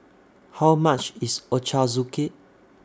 How much IS Ochazuke